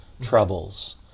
troubles